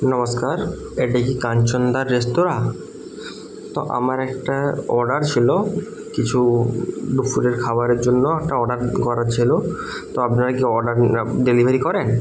নমস্কার এটা কি কাঞ্চনদার রেস্তরাঁ তো আমার একটা অর্ডার ছিল কিছু দুপুরের খাবারের জন্য একটা অর্ডার করা ছিল তো আপনারা কি অর্ডার ডেলিভারি করেন